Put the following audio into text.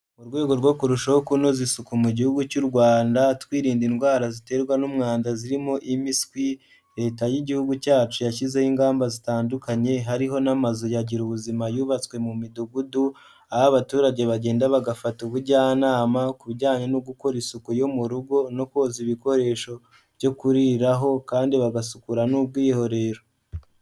Mu rwego rwo kurushaho kunoza isuku mu Gihugu cy'u Rwanda, twirinda indwara ziterwa n'umwanda zirimo imiswi, Leta y'Igihugu cyacu yashyizeho ingamba zitandukanye hariho n'amazu ya girubuzima yubatswe mu midugudu, aho abaturage bagenda bagafata ubujyanama ku bijyanye no gukora isuku yo mu rugo no koza ibikoresho byo kuriraho kandi bagasukura n'ubwiherero.